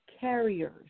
carriers